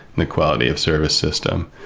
the quality of service system.